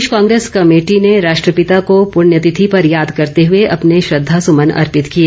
प्रदेश Congress committee ने राष्ट्रपिता को पुण्यतिथि पर याद करते हुए अपने श्रद्वासुमन अर्पित किए